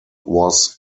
was